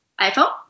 iPhone